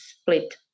Split